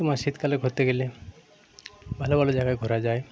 তোমার শীতকালে ঘুরতে গেলে ভালো ভালো জায়গায় ঘোরা যায়